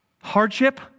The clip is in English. hardship